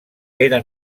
era